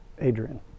Adrian